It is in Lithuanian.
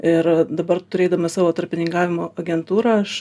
ir dabar turėdama savo tarpininkavimo agentūrą aš